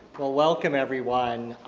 well, welcome everyone.